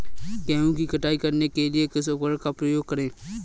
गेहूँ की कटाई करने के लिए किस उपकरण का उपयोग करें?